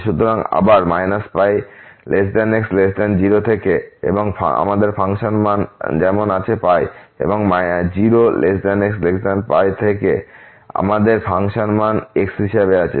সুতরাং আবার π x 0 থেকে আমাদের ফাংশনের মান যেমন আছে এবং 0 x π থেকে আমাদের ফাংশনের মান x হিসাবে আছে